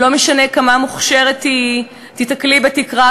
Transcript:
לא משנה כמה מוכשרת תהיי, תיתקלי בתקרת